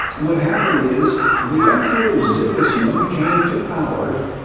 what happened is the emperor sigismund came to power.